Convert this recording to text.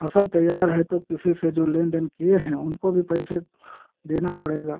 फसल तैयार है तो किसी से जो लेन देन किए हैं उनको भी पैसे देना पड़ेगा